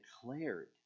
declared